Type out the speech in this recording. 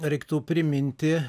reiktų priminti